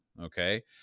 Okay